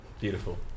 beautiful